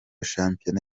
shampiyona